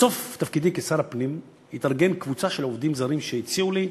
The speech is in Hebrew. בסוף תקופתי כשר הפנים התארגנה קבוצה של עובדים זרים שהציעו לי,